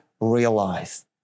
realized